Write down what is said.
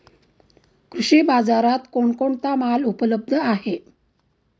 कृषी बाजारात कोण कोणता माल उपलब्ध आहे?